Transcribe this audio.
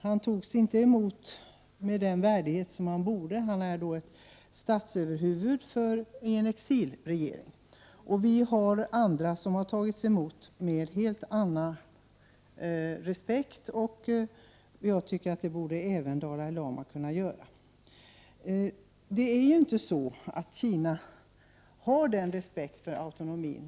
Han togs inte emot med den värdighet som borde ha kommit honom till del. Han är dock statsöverhuvud och ledare för en exilregering. Andra har tagits emot med helt annan respekt. Även Dalai lama borde ha kunnat tas emot med stor respekt. Utrikesministern förutsätter att Kina har respekt för Tibets autonomi.